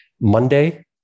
Monday